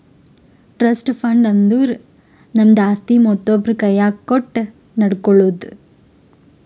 trust fund ಅಂದುರ್ ನಮ್ದು ಆಸ್ತಿ ಮತ್ತೊಬ್ರು ಕೈನಾಗ್ ಕೊಟ್ಟು ನೋಡ್ಕೊಳೋದು